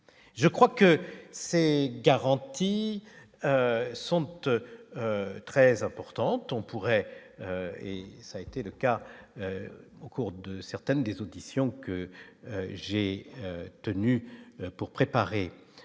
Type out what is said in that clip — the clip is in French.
je crois que c'est garanti sentent très importante, on pourrait, et ça a été le cas au cours de certaines des auditions que j'ai tenus pour préparer